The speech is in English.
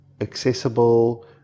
accessible